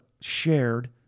shared